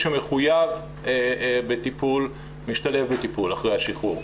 שמחויב בטיפול משתלב בטיפול אחרי השחרור.